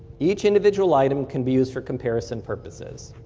each individual item can be used for comparison purposes.